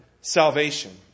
salvation